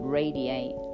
radiate